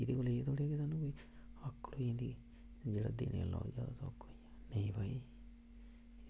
एह् सोचदे की भई आकड़ होई जंदी जेह्ड़ा देने आह्ला होऐ सौखा दे भई